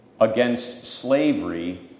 against-slavery